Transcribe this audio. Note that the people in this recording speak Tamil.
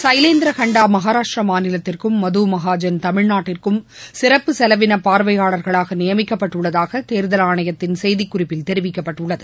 சைலேந்திர கண்டா மகாராஷ்டிர மாநிலத்திற்கும் மது மகாஜன் தமிழ்நாட்டிற்கும் சிறப்பு செலவின பார்வையாளர்களாக நியமிக்கப்பட்டுள்ளதாக தேரதல் ஆணையத்தின் செய்திக்குறிப்பில் தெரிவிக்கப்பட்டுள்ளது